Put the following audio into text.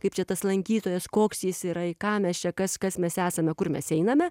kaip čia tas lankytojas koks jis yra į ką mes čia kas kas mes esame kur mes einame